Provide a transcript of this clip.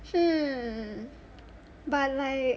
hmm but like